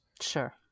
Sure